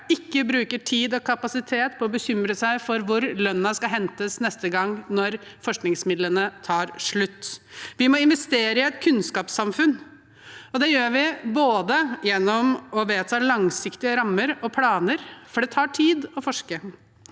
ikke bruker tid og kapasitet på å bekymre seg for hvor lønnen skal hentes neste gang forskningsmidlene tar slutt. Vi må investere i et kunnskapssamfunn, og det gjør vi både gjennom å vedta langsiktige rammer og planer – for det tar tid å forske